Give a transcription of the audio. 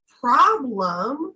problem